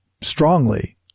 strongly